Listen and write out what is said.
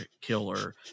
killer